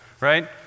right